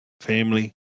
family